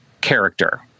character